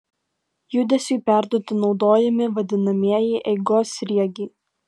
judesiui perduoti naudojami vadinamieji eigos sriegiai